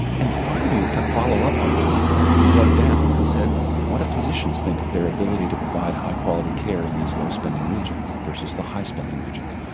and finally to follow up on this we dug down and said what do physicians think of their ability to provide high quality care in these low spending regions versus the high spending regions?